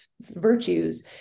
virtues